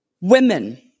women